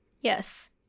Yes